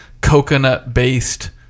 coconut-based